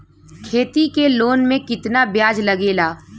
खेती के लोन में कितना ब्याज लगेला?